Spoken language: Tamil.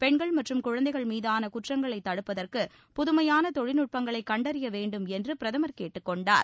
பெண்கள் மற்றும் மகுழந்தைகள் மீதான மகுற்றங்களை தடுப்பதற்கு புதுமையான தொழில்நட்பங்களை கண்டறியவேண்டும் என்று பிரதமர் கேட்டுக்கொண்டார்